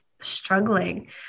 struggling